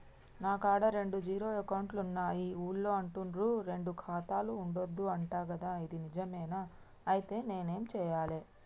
నా కాడా రెండు జీరో అకౌంట్లున్నాయి ఊళ్ళో అంటుర్రు రెండు ఖాతాలు ఉండద్దు అంట గదా ఇది నిజమేనా? ఐతే నేనేం చేయాలే?